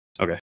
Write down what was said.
Okay